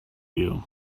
you